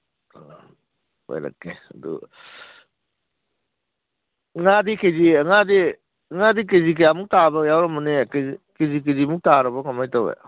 ꯀꯣꯏꯔꯛꯀꯦ ꯑꯗꯨ ꯉꯥꯗꯤ ꯀꯦ ꯖꯤ ꯉꯥꯗꯤ ꯉꯥꯗꯤ ꯀꯦ ꯖꯤ ꯀꯌꯥꯃꯨꯛ ꯇꯥꯕ ꯌꯥꯎꯔꯝꯃꯅꯤ ꯀꯦ ꯖꯤ ꯀꯦꯖꯤꯃꯨꯛ ꯇꯥꯔꯕꯣ ꯀꯃꯥꯏ ꯇꯧꯏ